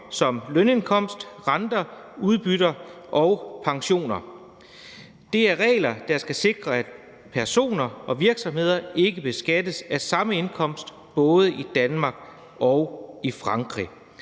som lønindkomst, renter, udbytter og pensioner. Det er regler, der skal sikre, at personer og virksomheder ikke beskattes af samme indkomst både i Danmark og i Frankrig.